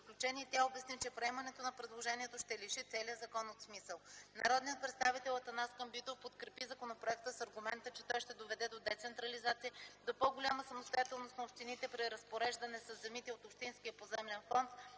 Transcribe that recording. тя обясни, че приемането на предложението ще лиши целия закон от смисъл. Народният представител Атанас Камбитов подкрепи законопроекта с аргумента, че той ще доведе до децентрализация, до по-голяма самостоятелност на общините при разпореждане със земите от общинския поземлен фонд